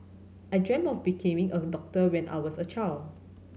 I dreamt of a doctor when I was a child